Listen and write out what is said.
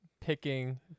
picking